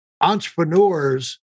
entrepreneurs